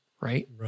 Right